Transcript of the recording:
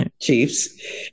chiefs